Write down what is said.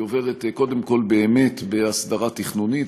היא עוברת קודם כול באמת בהסדרה תכנונית,